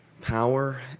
power